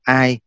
ai